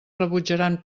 rebutjaran